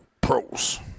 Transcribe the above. pros